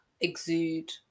exude